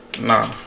Nah